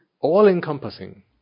all-encompassing